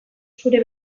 zure